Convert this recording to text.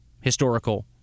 historical